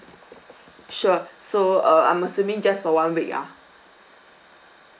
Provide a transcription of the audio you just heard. sure so uh I'm assuming just for one week ah